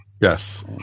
Yes